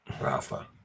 rafa